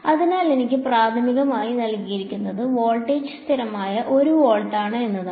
അതിനാൽ എനിക്ക് പ്രാഥമികമായി നൽകിയിരിക്കുന്നത് വോൾട്ടേജ് സ്ഥിരമായ 1 വോൾട്ടാണ് എന്നതാണ്